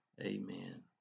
Amen